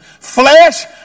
Flesh